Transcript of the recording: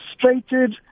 frustrated